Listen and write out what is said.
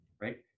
Right